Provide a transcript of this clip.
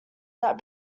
that